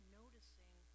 noticing